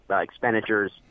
expenditures